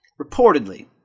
Reportedly